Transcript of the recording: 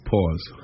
Pause